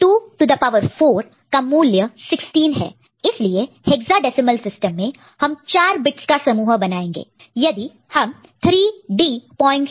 2 to the power 4 का मूल्य 16 है इसीलिए हेक्साडेसिमल सिस्टम में हम 4 बिट्स का समूह ग्रुप group बनाएंगे